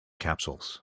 capsules